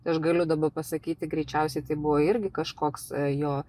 tai aš galiu dabar pasakyti greičiausiai tai buvo irgi kažkoks jo